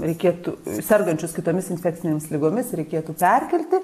reikėtų sergančius kitomis infekcinėmis ligomis reikėtų perkelti